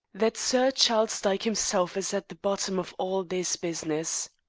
that sir charles dyke himself is at the bottom of all this business.